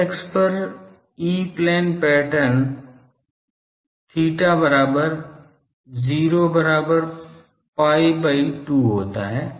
z अक्ष पर E plane pattern theta बराबर 0 बराबर pi by 2 होता है